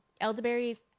elderberries